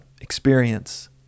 experience